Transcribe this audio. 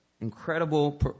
incredible